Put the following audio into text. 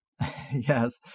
Yes